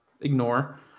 ignore